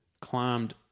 climbed